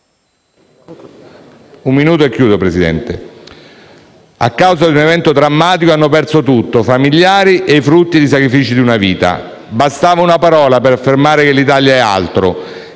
bisogno coloro che, a causa di un evento drammatico, hanno perso tutto: i familiari e i frutti dei sacrifici di una vita. Bastava una parola per affermare che l'Italia è altro,